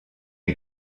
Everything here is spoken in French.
est